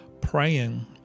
praying